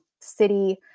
city